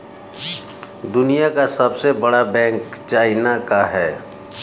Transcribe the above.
दुनिया का सबसे बड़ा बैंक चाइना का है